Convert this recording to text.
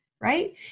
right